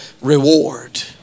reward